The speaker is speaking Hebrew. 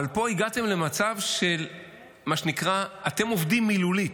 אבל פה הגעתם למצב של מה שנקרא: אתם עובדים מילולית,